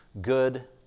Good